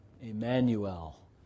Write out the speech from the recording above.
Emmanuel